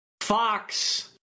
Fox